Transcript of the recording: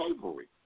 slavery